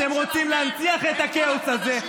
אתם רוצים להנציח את הכאוס הזה.